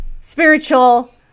spiritual